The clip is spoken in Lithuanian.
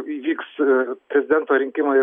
vyks prezidento rinkimai